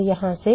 तो यहाँ से